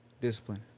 Discipline